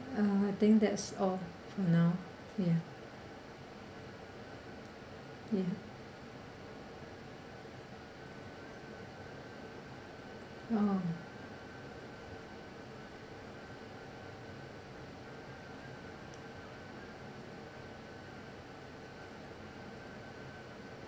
uh I think that's all for now ya ya oh